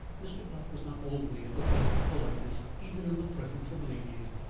mr. black was not always the pink of politeness even in the presence of ladies.